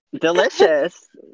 Delicious